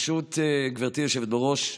ברשות גברתי היושבת-ראש,